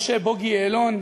משה בוגי יעלון,